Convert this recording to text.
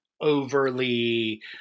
overly